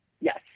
Yes